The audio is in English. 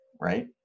right